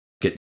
get